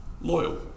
loyal